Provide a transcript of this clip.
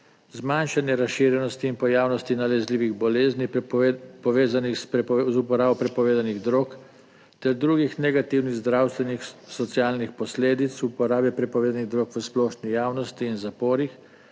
"Zmanjšanje razširjenosti in pojavnosti nalezljivih bolezni, povezanih z uporabo prepovedanih drog, ter drugih negativnih zdravstvenih, socialnih posledic uporabe prepovedanih drog v splošni javnosti in zaporih,